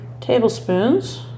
tablespoons